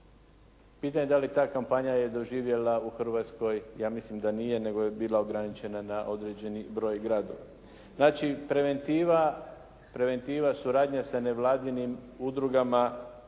Pitanje da li ta kampanja je doživjela u Hrvatskoj, ja mislim da nije nego je bila ograničena na određeni broj gradova. Znači, preventiva suradnja sa nevladinim udrugama,